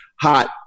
hot